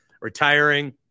retiring